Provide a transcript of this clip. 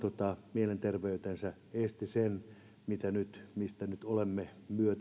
mielenterveytensä esti sen mistä nyt olemme